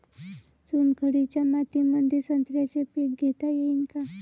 चुनखडीच्या मातीमंदी संत्र्याचे पीक घेता येईन का?